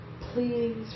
please